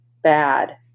Bad